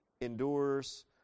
endures